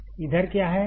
इधर क्या है